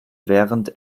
während